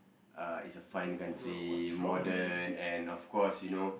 uh it's a fine country modern and of course you know